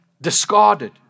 discarded